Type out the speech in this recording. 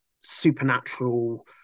supernatural